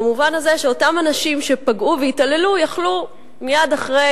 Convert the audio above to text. במובן הזה שאותם אנשים שפגעו והתעללו יכלו מייד אחרי